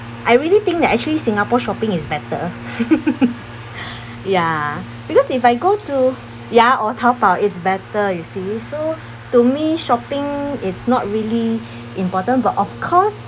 I really think that actually singapore shopping is better ya because if I go to ya or taobao it's better you see so you see to me shopping it's not really important but of course